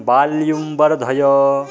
वाल्युं वर्धय